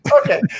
okay